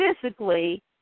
physically